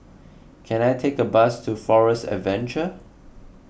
can I take a bus to Forest Adventure